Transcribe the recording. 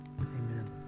Amen